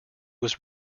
was